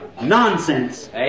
Nonsense